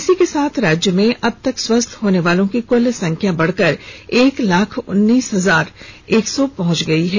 इसी के साथ राज्य में अब तक स्वस्थ होनेवालों की कुल संख्या बढ़कर एक लाख उन्नीस हजार एक सौ पहुंच गई है